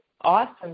Awesome